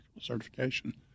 certification